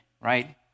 right